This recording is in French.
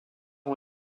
ont